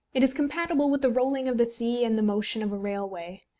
it is compatible with the rolling of the sea and the motion of a railway.